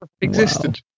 existed